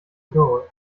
goal